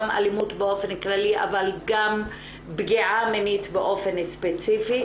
אלימות באופן כללי אבל גם פגיעה מינית באופן ספציפי,